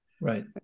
right